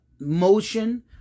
motion